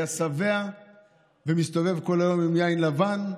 היה שבע ומסתובב כל היום עם יין לבן,